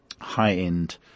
high-end